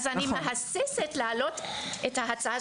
אני מהססת מלהעלות את ההצעה,